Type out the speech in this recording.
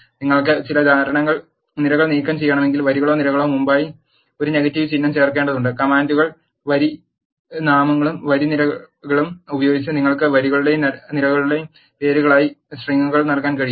നിങ്ങൾക്ക് ചില നിരകൾ നീക്കംചെയ്യണമെങ്കിൽ വരികളോ നിരകളോ മുമ്പായി ഒരു നെഗറ്റീവ് ചിഹ്നം ചേർക്കേണ്ടതുണ്ട് കമാൻഡുകൾ വരി നാമങ്ങളും വരി നിരകളും ഉപയോഗിച്ച് നിങ്ങൾക്ക് വരികളുടെയും നിരകളുടെയും പേരുകളായി സ്ട്രിംഗുകൾ നൽകാനും കഴിയും